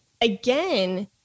again